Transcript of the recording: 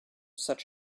such